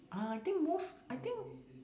uh I think most I think